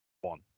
One